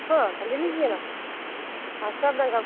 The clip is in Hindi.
हाँ त ले लीजिए ना हाँ सब रंग का